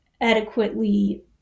adequately